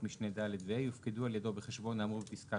משנה (ד) ו-(ה) יופקדו על ידו בחשבון האמור בפסקה